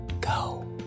go